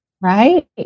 Right